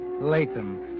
Latham